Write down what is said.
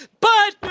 but